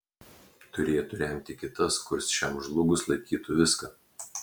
turėtų remti kitas kurs šiam žlugus laikytų viską